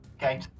Okay